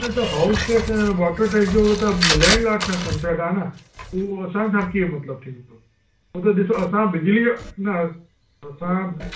न त house tax ऐं वाटर टैक्स जो त लैंडलॉर्ड सां कंसर्ट आहे न उहो असां सां कीअं मतिलबु थींदो हो त ॾिसो असां बिजली जो न असां